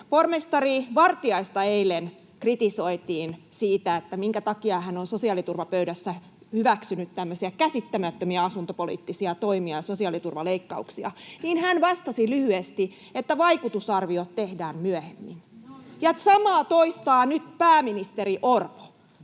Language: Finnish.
pormestari Vartiaista eilen kritisoitiin siitä, minkä takia hän on sosiaaliturvapöydässä hyväksynyt tämmöisiä käsittämättömiä asuntopoliittisia toimia, sosiaaliturvaleikkauksia, niin hän vastasi lyhyesti, että vaikutusarviot tehdään myöhemmin. [Krista Kiuru: No